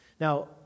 Now